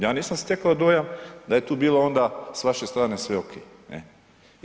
Ja nisam stekao dojam da je tu bilo onda s vaše strane sve okej, ne.